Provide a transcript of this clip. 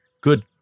good